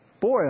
boy